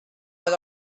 had